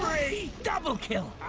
double steal,